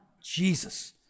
Jesus